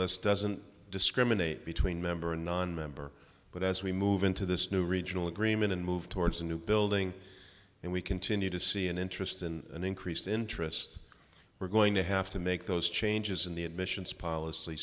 list doesn't discriminate between member or a nonmember but as we move into this new regional agreement and move towards a new building and we continue to see an interest and increased interest we're going to have to make those changes in the admissions policy